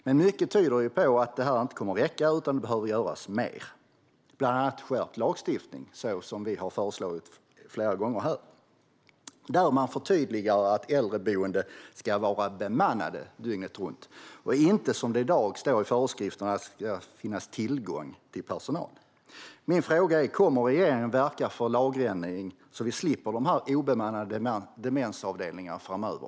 Men mycket tyder på att det inte kommer att räcka, utan det behöver göras mer. Bland annat behövs skärpt lagstiftning, så som vi har föreslagit flera gånger. Man behöver förtydliga att äldreboenden ska vara bemannade dygnet runt. Det ska inte bara, som det står i föreskrifterna i dag, finnas tillgång till personal. Kommer regeringen att verka för en lagändring, så att vi slipper obemannade demensavdelningar framöver?